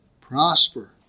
prosper